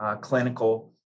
clinical